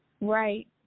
Right